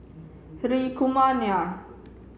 Hri Kumar Nair